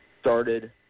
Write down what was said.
started